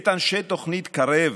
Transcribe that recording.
את אנשי תוכנית קרב